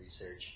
Research